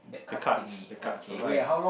the cards the cards alright